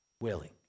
willing